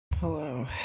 Hello